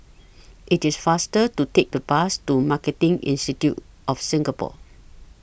IT IS faster to Take The Bus to Marketing Institute of Singapore